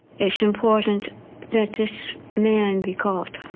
it's important that this man be caught,